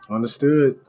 Understood